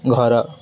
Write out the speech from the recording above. ଘର